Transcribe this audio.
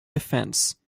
defense